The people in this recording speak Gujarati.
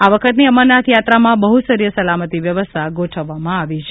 આ વખતની અમરનાથ યાત્રામાં બહુસ્તરીય સલામતિ વ્યવસ્થા ગોઠવવામાં આવી છે